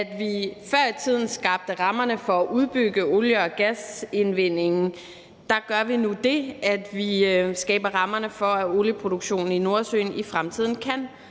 vi før i tiden skabte rammerne for at udbygge olie- og gasindvindingen, så gør vi nu det, at vi skaber rammerne for, at olieproduktionen i Nordsøen i fremtiden kan